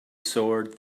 soared